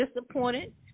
disappointed